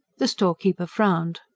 the storekeeper frowned.